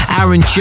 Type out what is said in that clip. Aaron